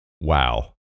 Wow